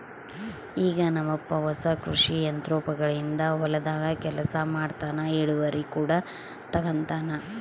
ಈಗ ನಮ್ಮಪ್ಪ ಹೊಸ ಕೃಷಿ ಯಂತ್ರೋಗಳಿಂದ ಹೊಲದಾಗ ಕೆಲಸ ಮಾಡ್ತನಾ, ಇಳಿವರಿ ಕೂಡ ತಂಗತಾನ